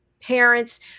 parents